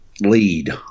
lead